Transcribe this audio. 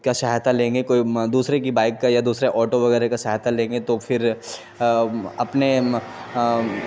کا سہایتا لیں گے کوئی دوسرے کی بائک کا یا دوسرے آٹو وغیرہ کا سہایتا لیں گے تو پھر اپنے